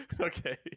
Okay